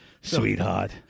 sweetheart